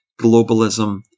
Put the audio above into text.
globalism